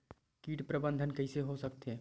कीट प्रबंधन कइसे हो सकथे?